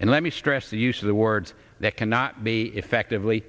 and let me stress the use of the words that cannot be effectively